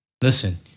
Listen